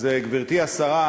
גברתי השרה,